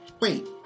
Wait